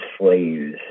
slaves